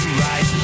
right